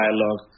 dialogue